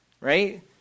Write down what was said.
right